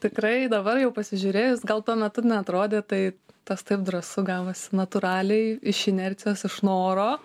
tikrai dabar jau pasižiūrėjus gal tuo metu neatrodė tai tas taip drąsu gavosi natūraliai iš inercijos iš noro